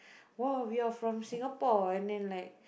!wow! we are from Singapore and then like